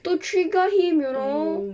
to trigger him you know